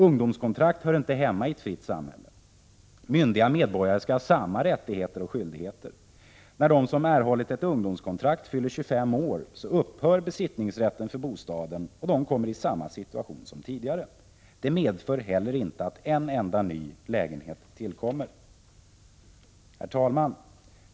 Ungdomskontrakt hör inte hemma i ett fritt samhälle. Myndiga medborgare skall ha samma rättigheter och skyldigheter. När de som erhållit ett ungdomskontrakt fyller 25 år upphör besittningsrätten för bostaden, och de kommer i samma situation som tidigare. Det medför heller inte att en enda ny lägenhet tillkommer. Herr talman!